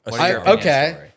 Okay